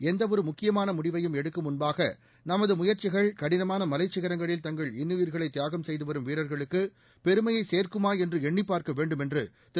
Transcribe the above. எந்தவொரு முக்கியமான முடிவையும் எடுக்கும் முன்பாக நமது முயற்சிகள் கடினமான மலைச் சிகரங்களில் தங்கள் இன்னுயிர்களைத் தியாகம் செய்து வரும் வீரர்களுக்கு பெருமையைச் சேர்க்குமா என்று எண்ணிப் பார்க்க வேண்டும் என்று திரு